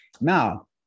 Now